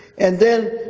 and then,